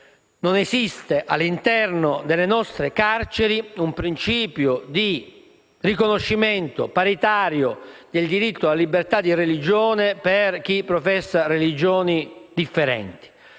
non esiste, all'interno delle nostre carceri, un principio di riconoscimento paritario del diritto alla libertà di religione per chi professa religioni differenti.